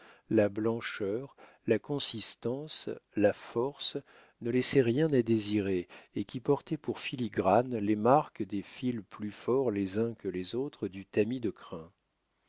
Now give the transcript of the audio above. la blancheur la consistance la force ne laissaient rien à désirer et qui portait pour filigranes les marques des fils plus forts les uns que les autres du tamis de crin